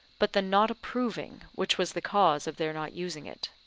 but the not approving, which was the cause of their not using it.